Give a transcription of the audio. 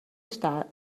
está